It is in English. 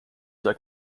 that